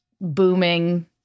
booming